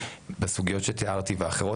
בסוגיות שתיארתי ואחרות,